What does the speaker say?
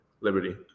liberty